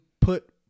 put